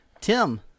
Tim